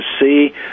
see